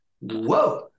whoa